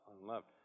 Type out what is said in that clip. unloved